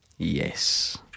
Yes